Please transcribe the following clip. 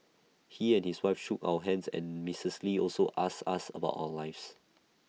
he and his wife shook our hands and Mrs lee also ask us about our lives